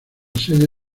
sede